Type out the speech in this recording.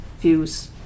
views